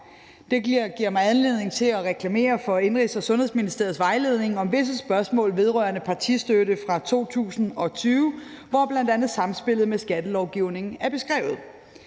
Det giver mig anledning til at reklamere for Indenrigs- og Sundhedsministeriets vejledning om visse spørgsmål vedrørende partistøtte fra 2020, hvor bl.a. samspillet med skattelovgivningen er beskrevet.